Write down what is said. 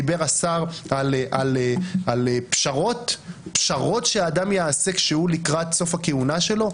דיבר השר על פשרות שאדם יעשה כשהוא לקראת סוף הכהונה שלו.